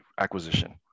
acquisition